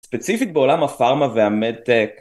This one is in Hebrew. ספציפית בעולם הפרמה והמד טק